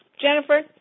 Jennifer